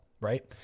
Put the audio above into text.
right